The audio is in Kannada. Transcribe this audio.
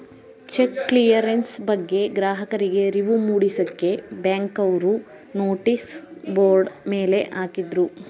ಚೆಕ್ ಕ್ಲಿಯರೆನ್ಸ್ ಬಗ್ಗೆ ಗ್ರಾಹಕರಿಗೆ ಅರಿವು ಮೂಡಿಸಕ್ಕೆ ಬ್ಯಾಂಕ್ನವರು ನೋಟಿಸ್ ಬೋರ್ಡ್ ಮೇಲೆ ಹಾಕಿದ್ರು